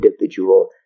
individual